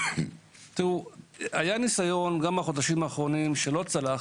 בחודשים האחרונים היה ניסיון שלא צלח